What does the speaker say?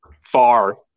far